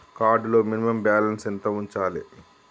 Card లో minimum balance ఎంత ఉంచాలే?